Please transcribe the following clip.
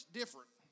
different